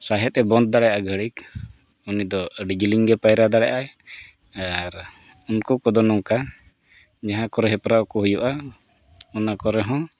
ᱥᱟᱦᱮᱸᱫᱼᱮ ᱵᱚᱱᱫᱚ ᱫᱟᱲᱮᱭᱟᱜᱼᱟ ᱟᱹᱰᱤ ᱜᱷᱟᱹᱲᱤᱠ ᱩᱱᱤ ᱫᱚ ᱟᱹᱰᱤ ᱡᱤᱞᱤᱧᱜᱮ ᱯᱟᱭᱨᱟ ᱫᱟᱲᱮᱭᱟᱜᱼᱟᱭ ᱟᱨ ᱩᱱᱠᱩ ᱠᱚᱫᱚ ᱱᱚᱝᱠᱟ ᱡᱟᱦᱟᱸ ᱠᱚᱨᱮ ᱦᱮᱯᱨᱟᱣ ᱠᱚ ᱦᱩᱭᱩᱜᱼᱟ ᱚᱱᱟ ᱠᱚᱨᱮ ᱦᱚᱸ